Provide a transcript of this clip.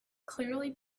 clearly